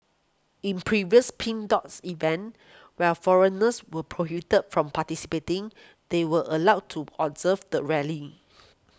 in previous Pink Dot events while foreigners were prohibited from participating they were allowed to observe the rally